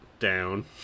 down